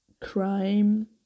crime